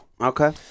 Okay